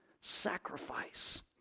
sacrifice